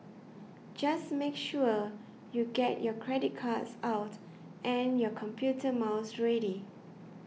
just make sure you get your credit cards out and your computer mouse ready